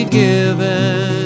given